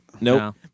Nope